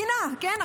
המדינה, המדינה, כן?